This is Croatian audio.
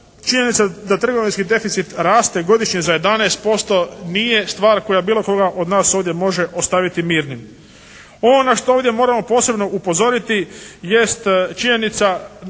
Činjenica da trgovinski deficit raste godišnje za 11% nije stvar koja bilo koga od nas ovdje može ostaviti mirnim. Ono na što ovdje moramo posebno upozoriti jest činjenica